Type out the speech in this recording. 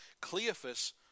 Cleophas